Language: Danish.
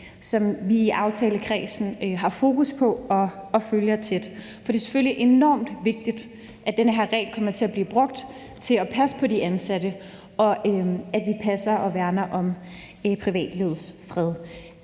som vi i aftalekredsen har fokus på og følger tæt. For det er selvfølgelig enormt vigtigt, at den her regel kommer til at blive brugt til at passe på de ansatte, og at vi passer på og værner om privatlivets fred.